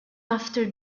after